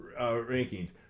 rankings